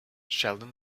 sheldon